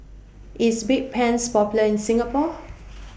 IS Bedpans Popular in Singapore